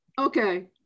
Okay